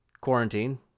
quarantine